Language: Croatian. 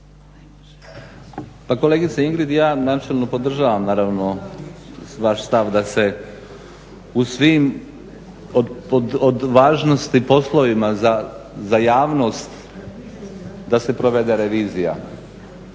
Pa kolegice Ingrid ja načelno podržavam naravno vaš stav da se u svim od važnosti poslovima za javnost da se provede revizija.